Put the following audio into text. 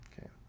okay